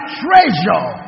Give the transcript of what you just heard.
treasure